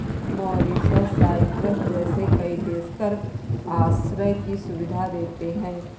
Mauritius, Cyprus जैसे कई देश कर आश्रय की सुविधा देते हैं